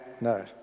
no